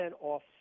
off